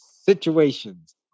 situations